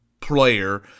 player